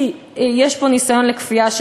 או ניסיון לכפייה,